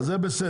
זה בסדר.